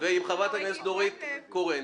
עם חברת הכנסת נורית קורן.